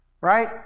right